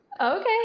Okay